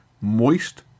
moist